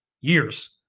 years